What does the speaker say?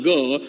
God